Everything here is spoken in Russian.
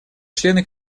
члены